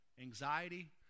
Anxiety